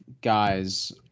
guys